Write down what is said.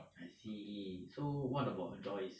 I see so what about joyce